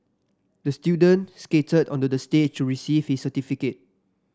the student skated onto the stage to receive his certificate